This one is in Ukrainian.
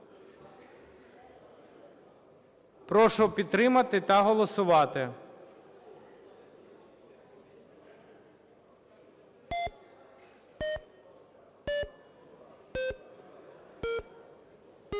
Прошу підтримати та голосувати. 13:54:50